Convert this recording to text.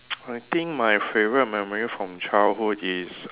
I think my favorite memory from childhood is